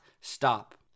stop